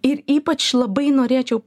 ir ypač labai norėčiau